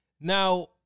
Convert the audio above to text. Now